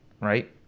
right